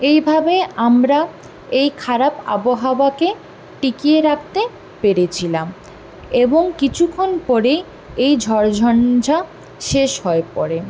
এইভাবে আমরা এই খারাপ আবহাওয়াকে টিকিয়ে রাখতে পেরেছিলাম এবং কিছুক্ষণ পরে এই ঝড়ঝঞ্ঝা শেষ হয়ে পড়ে